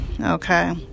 Okay